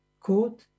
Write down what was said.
Quote